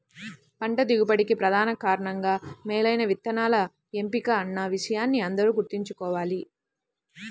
పంట దిగుబడికి ప్రధాన కారణంగా మేలైన విత్తనాల ఎంపిక అన్న విషయాన్ని అందరూ గుర్తుంచుకోవాలి